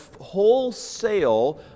wholesale